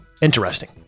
interesting